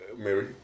Mary